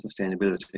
sustainability